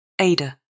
Ada